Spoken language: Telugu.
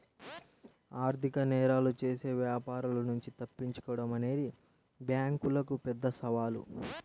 ఆర్థిక నేరాలు చేసే వ్యాపారుల నుంచి తప్పించుకోడం అనేది బ్యేంకులకు పెద్ద సవాలు